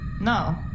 No